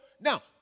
now